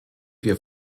wir